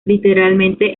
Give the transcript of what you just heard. literalmente